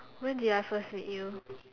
when did I first meet you